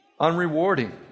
unrewarding